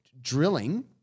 drilling